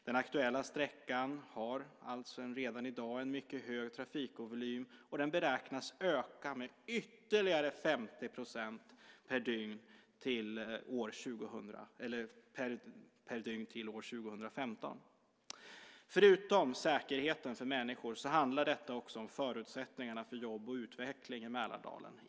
Den aktuella sträckan har alltså redan i dag en mycket stor trafikvolym, och den beräknas öka med ytterligare 50 % per dygn till år 2015. Förutom säkerheten för människor handlar detta också om förutsättningarna för jobb och utveckling i Mälardalen.